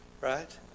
right